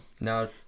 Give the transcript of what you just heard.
now